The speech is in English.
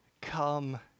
Come